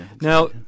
Now